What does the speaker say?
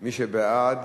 חינוך.